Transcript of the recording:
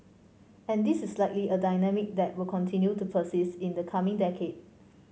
and this is likely a dynamic that will continue to persist in the coming decade